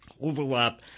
overlap